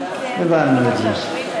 נתקבלו.